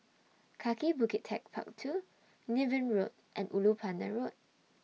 Kaki Bukit Techpark two Niven Road and Ulu Pandan Road